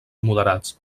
moderats